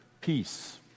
peace